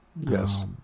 Yes